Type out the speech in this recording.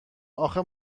آخه